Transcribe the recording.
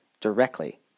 directly